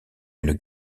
une